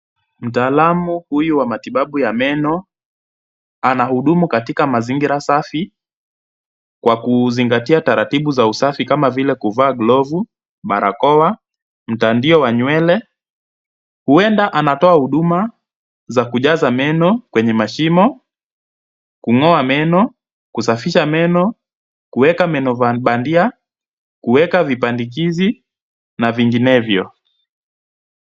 Mtaalamu huyu wa matibabu ya meno, anahudumu katika mazingira safi kwa kuzingatia taratibu za usafi kama vile kuvaa glovu, barakoa, mtandio wa nywele. Huenda anatoa huduma za kujaza meno kwenye mashimo, kung'oa meno, kusafisha meno, kuweka meno bandia, kuweka vibandikizi na vinginevyo.